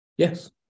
Yes